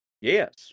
yes